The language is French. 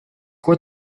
quoi